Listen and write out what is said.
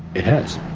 it has.